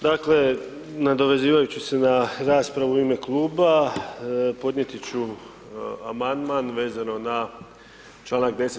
Dakle, nadovezivajući se na raspravu u ime kluba, podnijeti ću Amandman vezano na čl. 10.